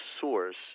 source